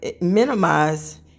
minimize